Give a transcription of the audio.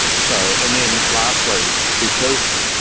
so and then, lastly, because,